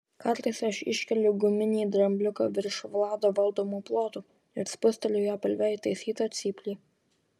kartais aš iškeliu guminį drambliuką virš vlado valdomų plotų ir spusteliu jo pilve įtaisytą cyplį